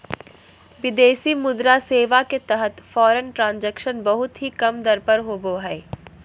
विदेशी मुद्रा सेवा के तहत फॉरेन ट्रांजक्शन बहुत ही कम दर पर होवो हय